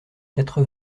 quatre